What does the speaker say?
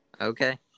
Okay